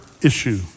issue